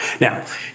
Now